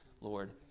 Lord